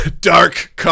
Dark